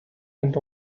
and